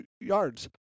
yards